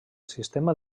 sistema